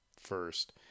first